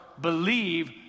believe